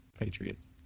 Patriots